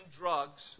drugs